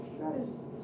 guys